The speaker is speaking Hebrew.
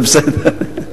זה בסדר.